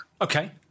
Okay